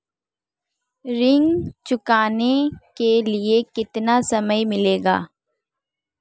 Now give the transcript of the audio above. ऋण चुकाने के लिए कितना समय मिलेगा?